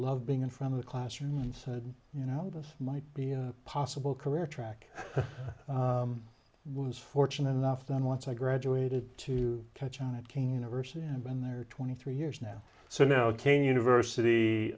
loved being in front of the classroom and said you know this might be a possible career track was fortunate enough then once i graduated to catch on again university i've been there twenty three years now so now came the university